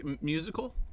Musical